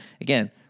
Again